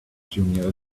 junior